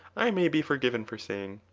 i may be forgiven for saying,